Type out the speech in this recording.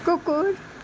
कुकुर